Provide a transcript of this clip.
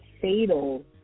fatal